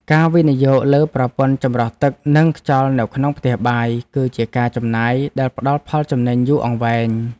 ការវិនិយោគលើប្រព័ន្ធចម្រោះទឹកនិងខ្យល់នៅក្នុងផ្ទះបាយ គឺជាការចំណាយដែលផ្តល់ផលចំណេញយូរអង្វែង។